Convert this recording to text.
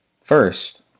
First